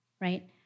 right